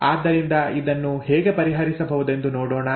ಆದ್ದರಿಂದ ಇದನ್ನು ಹೇಗೆ ಪರಿಹರಿಸಬಹುದೆಂದು ನೋಡೋಣ